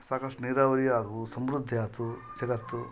ಸಾಕಷ್ಟು ನೀರಾವರಿ ಆದವು ಸಮೃದ್ಧಿ ಆಯ್ತು ಜಗತ್ತು